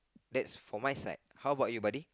that's for my side how about you buddy